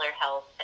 health